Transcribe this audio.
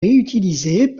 réutilisées